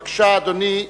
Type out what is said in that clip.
בבקשה, אדוני.